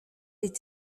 est